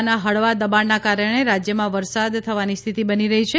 હવાના હળવા દબાણના કારણે રાજ્યમાં વરસાદ થવાની સ્થિતિ બની રહી છે